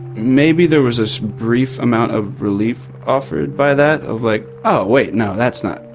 maybe there was this brief amount of relief offered by that, of like, oh wait, no, that's not,